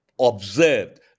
observed